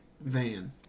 van